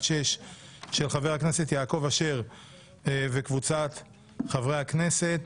של חבר הכנסת יעקב אשר וקבוצת חברי הכנסת.